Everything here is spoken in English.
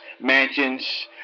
mansions